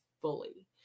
fully